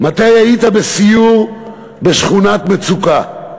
מתי היית בסיור בשכונת מצוקה,